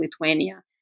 Lithuania